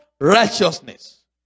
righteousness